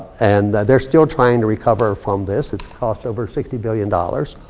and they're still trying to recover from this. it's cost over sixty billion dollars.